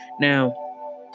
Now